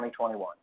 2021